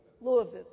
Louisville